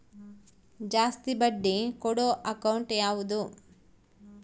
ಜಾಸ್ತಿ ಬಡ್ಡಿ ಕೊಡೋ ಅಕೌಂಟ್ ಯಾವುದು?